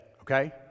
okay